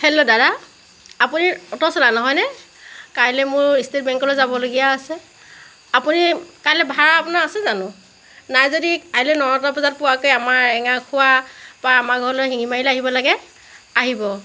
hello দাদা আপুনি auto চলাই নহয় নে কাইলৈ মোৰ ষ্টেট বেংকলৈ যাবলগীয়া আছে আপুনি কাইলৈ ভাড়া আপোনাৰ আছে জানো নাই যদি কাইলৈ নটা বজাত পোৱাকৈ আমাৰ এঙাৰখোৱা পৰা আমাৰ ঘৰলৈ শিঙিমাৰিলৈ আহিব লাগে আহিব